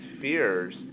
fears